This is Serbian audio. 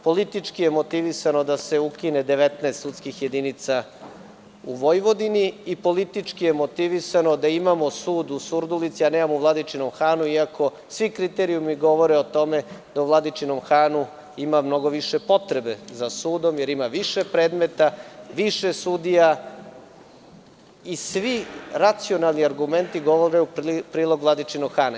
Politički je motivisano da se ukine 19 sudskih jedinica u Vojvodini i politički je motivisano da imamo sud u Surdulici a ne u Vladičinom Hanu iako svi kriterijumi govore o tome da u Vladičinom Hanu ima mnogo više potrebe za sudom jer ima više predmeta, više sudija i svi racionalni argumenti govore u prilog Vladičinog Hana.